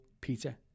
Peter